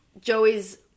Joey's